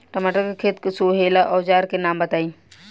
टमाटर के खेत सोहेला औजर के नाम बताई?